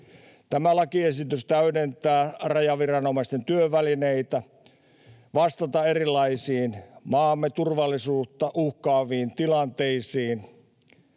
Tämä lakiesitys täydentää rajaviranomaisten työvälineitä vastata erilaisiin maamme turvallisuutta uhkaaviin tilanteisiin.